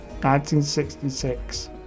1966